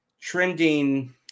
trending